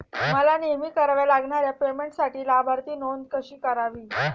मला नेहमी कराव्या लागणाऱ्या पेमेंटसाठी लाभार्थी नोंद कशी करावी?